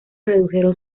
redujeron